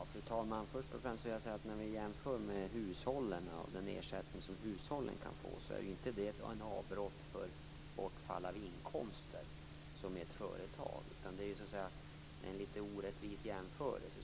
Fru talman! Först och främst vill jag säga att en jämförelse med vad hushållen kan få för ersättning är detta inte något avbrott som medför bortfall av inkomster som det gör i ett företag. Jämförelsen är litet orättvis.